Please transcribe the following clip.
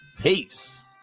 Peace